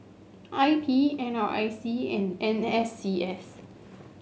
I P N R I C and N S C S